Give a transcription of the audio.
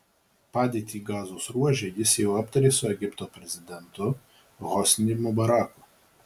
padėtį gazos ruože jis jau aptarė su egipto prezidentu hosni mubaraku